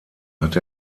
hat